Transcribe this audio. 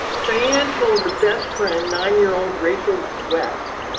sheyann told her best friend, nine year old rachel west,